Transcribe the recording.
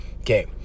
Okay